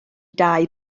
dai